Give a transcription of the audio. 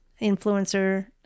influencer